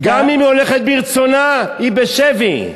גם אם היא הולכת מרצונה היא בשבי.